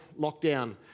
lockdown